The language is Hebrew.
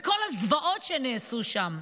בכל הזוועות שנעשו שם,